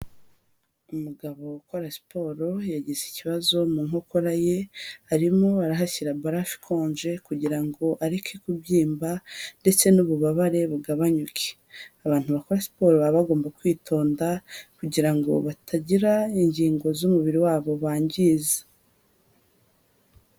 Umugabo ukora siporo yagize ikibazo mu nkokora ye arimo arahashyira barafu ikonje kugira ngo areke kubyimba ndetse n'ububabare bugabanyuke, abantu bakora siporo baba bagomba kwitonda kugira ngo batagira ingingo z'umubiri wabo bangiza.